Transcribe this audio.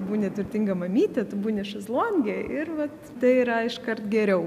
būni turtinga mamytė tu būni šezlonge ir vat tai yra iškart geriau